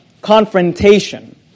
confrontation